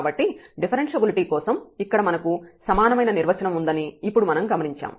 కాబట్టి డిఫరెన్ష్యబిలిటీ కోసం ఇక్కడ మనకు సమానమైన నిర్వచనం ఉందని ఇప్పుడు మనం గమనించాము